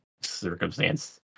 circumstance